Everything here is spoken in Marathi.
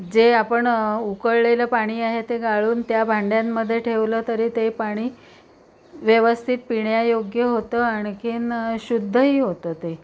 जे आपण उकळलेलं पाणी आहे ते गाळून त्या भांड्यांमध्ये ठेवलं तरी ते पाणी व्यवस्थित पिण्यायोग्य होतं आणखी शुद्धही होतं ते